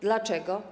Dlaczego?